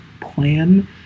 plan